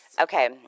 Okay